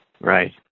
Right